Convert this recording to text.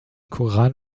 koran